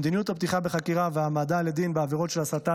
זאת בהמשך למדיניות הפתיחה בחקירה והעמדה לדין בעבירות של הסתה